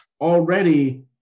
Already